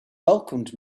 welcomed